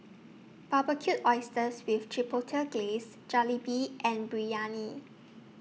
Barbecued Oysters with Chipotle Glaze Jalebi and Biryani